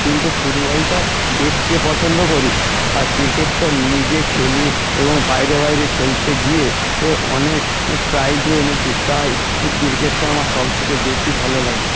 কিন্তু ফুটবলটা দেখতে পছন্দ করি আর ক্রিকেটটা নিজে খেলি এবং বাইরে বাইরে খেলতে গিয়ে অনেক প্রাইজও এনেছি তাই ক্রিকেটটা আমার সবথেকে বেশি ভালো লাগে